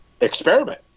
experiment